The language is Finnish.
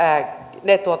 ne